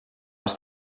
els